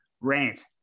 rant